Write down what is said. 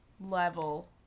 level